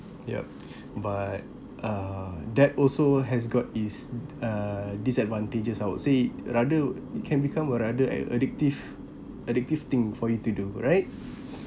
yup but uh that also has got its uh disadvantages I would say rather it can become a rather a addictive addictive thing for you to do right